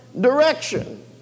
direction